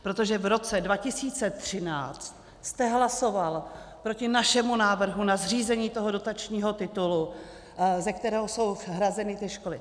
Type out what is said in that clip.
Protože v roce 2013 jste hlasoval proti našemu návrhu na zřízení toho dotačního titulu, ze kterého jsou hrazeny ty školy.